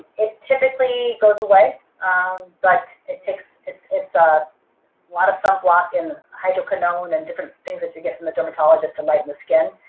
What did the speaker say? it typically goes away but it takes it's it's a lot of sunblock in hydroquinone and different things that you get from the dermatologist to lighten the skin.